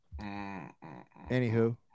Anywho